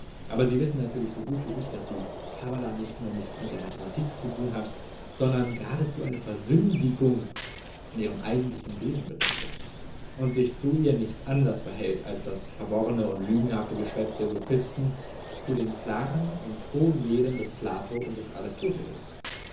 aber sie wissen natürlich so gut wie ich daß die kabbala nicht nur nichts mit der mathematik zu tun hat sondern geradezu eine versündigung an ihrem eigentlichen wesen bedeutet und sich zu ihr nicht anders verhält als das verworrene oder lügenhafte geschwätz der sophisten zu den klaren und hohen lehren des plato und des aristoteles